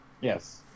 Yes